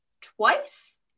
twice